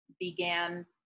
began